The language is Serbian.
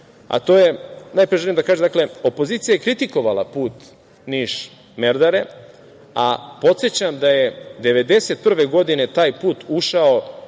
važno, najpre, želim da kažem da je opozicija kritikovala put Niš – Merdare, a podsećam da je 1991. godine, taj put ušao